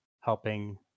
helping